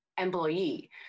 employee